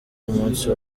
umunsi